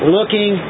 Looking